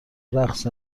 رقص